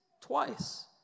twice